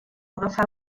agafar